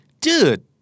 dude